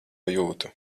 jūtu